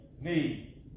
need